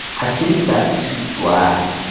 i think that's too black.